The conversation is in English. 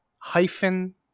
hyphen